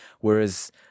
Whereas